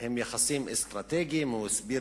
הם יחסים אסטרטגיים, הוא הסביר